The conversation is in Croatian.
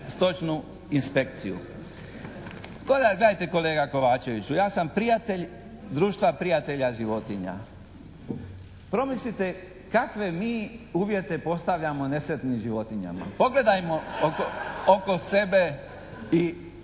stočnu inspekciju.". Gledajte kolega Kovačeviću ja sam prijatelj Društva prijatelja životinja. Promislite kakve mi uvjete postavljamo nesretnim životinjama. Pogledajmo oko sebe i